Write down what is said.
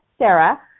Sarah